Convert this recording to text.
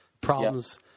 problems